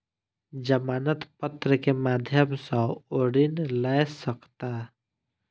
जमानत पत्र के माध्यम सॅ ओ ऋण लय सकला